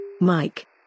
Mike